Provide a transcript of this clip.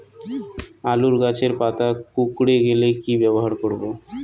আলুর গাছের পাতা কুকরে গেলে কি ব্যবহার করব?